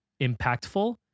impactful